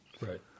Right